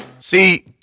See